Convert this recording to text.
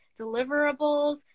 deliverables